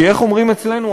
כי, איך אומרים אצלנו?